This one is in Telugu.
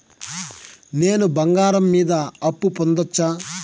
నేను బంగారం మీద అప్పు పొందొచ్చా?